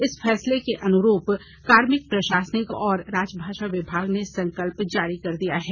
इस फैसले के अनुरूप कार्मिक प्रशासनिक और राज भाषा विभाग ने संकल्प जारी कर दिया है